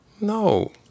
no